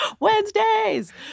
Wednesdays